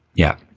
yeah.